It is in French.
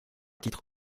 titre